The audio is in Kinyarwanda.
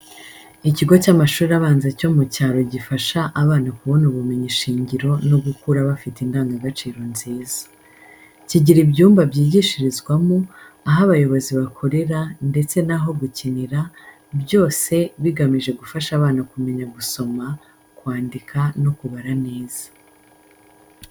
Ikigo cy’amashuri abanza yo mu cyaro gifasha abana kubona ubumenyi shingiro no gukura bafite indangagaciro nziza. Kigira ibyumba byigishirizwamo, aho abayobozi bakorera ndetse n'aho gukinira, byose bigamije gufasha abana kumenya gusoma, kwandika no kubara neza.